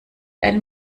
einem